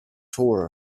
tour